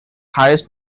highest